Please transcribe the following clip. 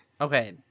Okay